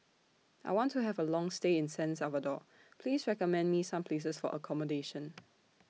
I want to Have A Long stay in San Salvador Please recommend Me Some Places For accommodation